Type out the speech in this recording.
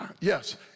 yes